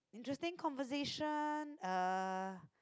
interesting conversation uh